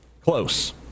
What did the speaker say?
close